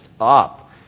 up